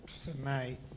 tonight